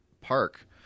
park